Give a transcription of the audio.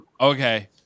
okay